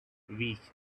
wish